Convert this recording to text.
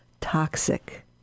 toxic